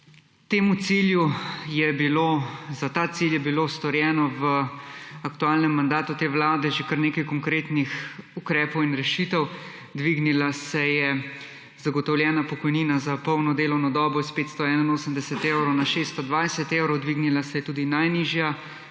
obdobje. Za ta cilj je bilo storjeno v aktualnem mandatu te vlade že kar nekaj konkretnih ukrepov in rešitev. Dvignila se je zagotovljena pokojnina za polno delovno dobo s 581 evrov na 620 evrov. Dvignila se je tudi najnižja